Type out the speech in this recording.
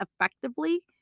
effectively